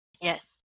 yes